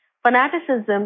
fanaticism